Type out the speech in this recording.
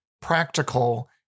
practical